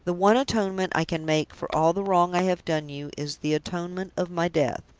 the one atonement i can make for all the wrong i have done you is the atonement of my death.